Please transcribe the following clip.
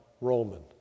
Roman